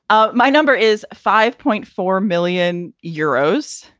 ah my number is five point four million euros.